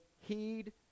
heed